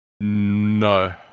No